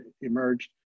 emerged